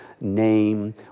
name